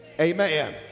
amen